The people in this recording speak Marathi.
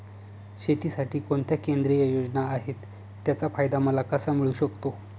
शेतीसाठी कोणत्या केंद्रिय योजना आहेत, त्याचा फायदा मला कसा मिळू शकतो?